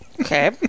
Okay